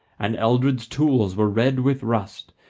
and eldred's tools were red with rust,